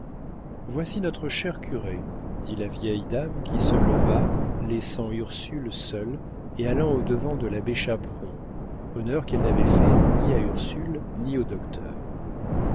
voici notre cher curé dit la vieille dame qui se leva laissant ursule seule et allant au-devant de l'abbé chaperon honneur qu'elle n'avait fait ni à ursule ni au docteur